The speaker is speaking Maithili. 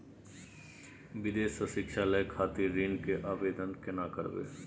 विदेश से शिक्षा लय खातिर ऋण के आवदेन केना करबे?